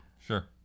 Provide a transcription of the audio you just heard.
Sure